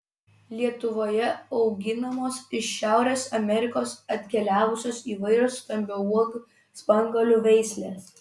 lietuvoje auginamos iš šiaurės amerikos atkeliavusios įvairios stambiauogių spanguolių veislės